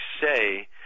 say